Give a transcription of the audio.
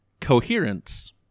Coherence